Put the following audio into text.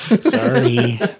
Sorry